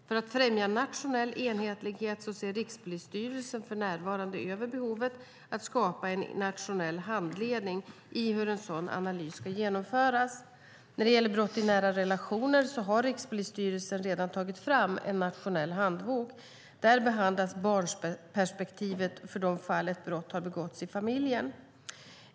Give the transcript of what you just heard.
För att främja nationell enhetlighet ser Rikspolisstyrelsen för närvarande över behovet av att skapa en nationell handledning i hur en sådan analys ska genomföras. När det gäller brott i nära relationer har Rikspolisstyrelsen redan tagit fram en nationell handbok. Där behandlas barnperspektivet gällande de fall där ett brott har begåtts i familjen.